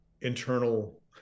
internal